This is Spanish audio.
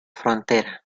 frontera